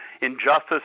injustice